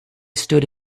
stood